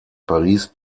paris